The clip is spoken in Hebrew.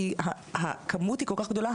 כי הכמות היא כל כך גדולה,